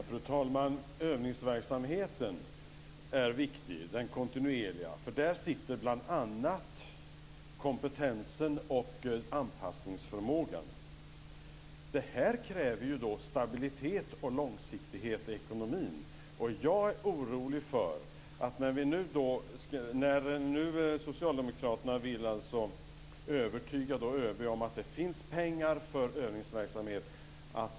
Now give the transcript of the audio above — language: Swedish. Fru talman! Den kontinuerliga övningsverksamheten är viktig. Där sitter bl.a. kompetensen och anpassningsförmågan. Det kräver ju stabilitet och långsiktighet i ekonomin. Jag är orolig för att Socialdemokraterna nu vill övertyga ÖB om att det finns pengar för övningsverksamhet.